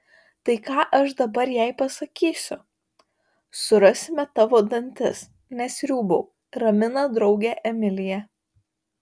tai ką aš dabar jai pasakysiu surasime tavo dantis nesriūbauk ramina draugę emilija